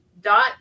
dot